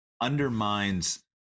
undermines